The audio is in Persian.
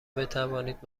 بتوانید